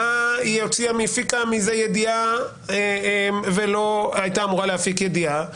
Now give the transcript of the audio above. ממה היא הפיקה ידיעה ולא הייתה אמורה להפיק ידיעה,